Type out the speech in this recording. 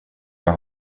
jag